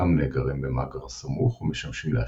חלקם נאגרים במאגר סמוך ומשמשים להשקיה,